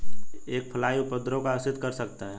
एक फ्लाई उपद्रव को आकर्षित कर सकता है?